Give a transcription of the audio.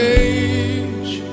age